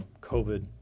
COVID